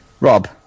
Rob